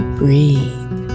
breathe